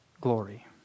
glory